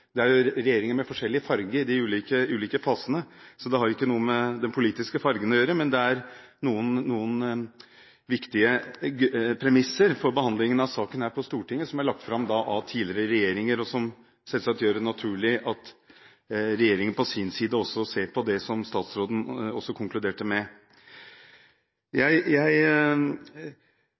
Det er regjeringer med forskjellig farge i de ulike fasene, så det har ikke noe med den politiske fargen å gjøre, men det er noen viktige premisser for behandlingen av saken her på Stortinget som er lagt fram av tidligere regjeringer, og som selvsagt gjør det naturlig at regjeringen på sin side også ser på det som statsråden konkluderte med. Jeg